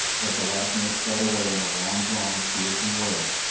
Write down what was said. as the last notes died away in a long-drawn, fearsome wail,